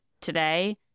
today